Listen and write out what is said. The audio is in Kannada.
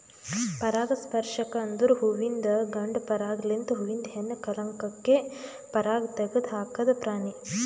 ಪರಾಗಸ್ಪರ್ಶಕ ಅಂದುರ್ ಹುವಿಂದು ಗಂಡ ಪರಾಗ ಲಿಂತ್ ಹೂವಿಂದ ಹೆಣ್ಣ ಕಲಂಕಕ್ಕೆ ಪರಾಗ ತೆಗದ್ ಹಾಕದ್ ಪ್ರಾಣಿ